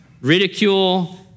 ridicule